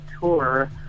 tour